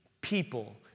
people